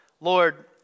Lord